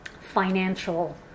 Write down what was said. financial